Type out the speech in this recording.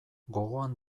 gogoan